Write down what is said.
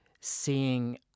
seeing